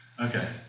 Okay